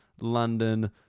London